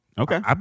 Okay